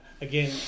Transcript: again